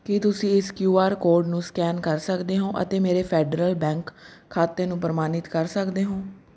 ਕੀ ਤੁਸੀਂਂ ਇਸ Q R code ਨੂੰ ਸਕੈਨ ਕਰ ਸਕਦੇ ਹੋ ਅਤੇ ਮੇਰੇ ਫੈਡਰਲ ਬੈਂਕ ਖਾਤੇ ਨੂੰ ਪ੍ਰਮਾਣਿਤ ਕਰ ਸਕਦੇ ਹੋ